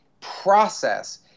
process